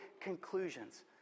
conclusions